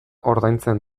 ordaintzen